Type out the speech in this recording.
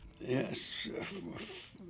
Yes